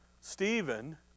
Stephen